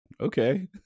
Okay